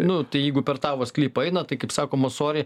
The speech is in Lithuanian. nu tai jeigu per tavo sklypą eina tai kaip sakoma sori